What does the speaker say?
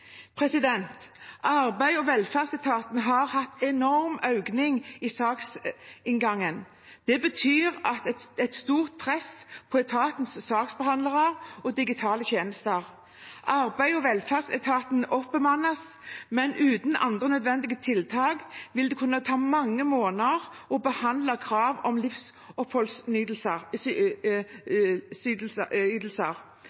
virusutbruddet. Arbeids- og velferdsetaten har hatt en enorm økning i saksinngangen. Det betyr at det er et stort press på etatens saksbehandlere og digitale tjenester. Arbeids- og velferdsetaten oppbemannes, men uten andre nødvendige tiltak vil det kunne ta mange måneder å behandle krav om